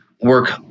work